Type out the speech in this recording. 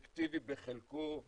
הוא אפקטיבי בחלקו,